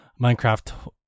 Minecraft